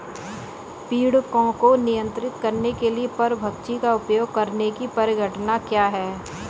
पीड़कों को नियंत्रित करने के लिए परभक्षी का उपयोग करने की परिघटना क्या है?